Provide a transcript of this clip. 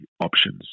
options